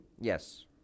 Yes